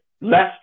left